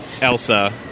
Elsa